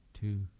two